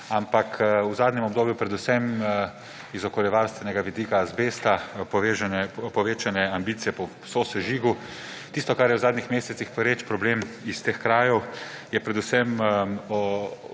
ampak v zadnjem obdobju predvsem z okoljevarstvenega vidika azbesta, povečani ambicije po sosežigu. Tisto, kar je v zadnjih mesecih pereč problem iz teh krajev, je predvsem